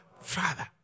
father